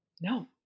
no